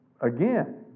again